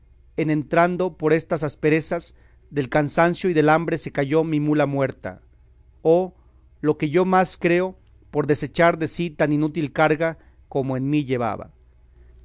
en entrando por estas asperezas del cansancio y de la hambre se cayó mi mula muerta o lo que yo más creo por desechar de sí tan inútil carga como en mí llevaba